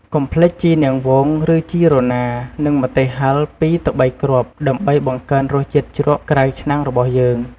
កុំភ្លេចជីនាងវង ឬជីរណា និងម្ទេសហឹរពីរទៅបីគ្រាប់ ដើម្បីបង្កើនរសជាតិជ្រក់ក្រៅឆ្នាំងរបស់យើង។